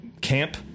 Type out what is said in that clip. camp